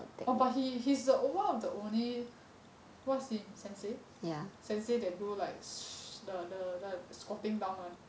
oh but he he's the one of the only what's in sensei sensei that do like the the squatting down [one]